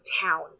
Town